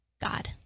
God